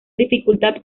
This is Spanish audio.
dificultad